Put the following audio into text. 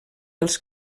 dels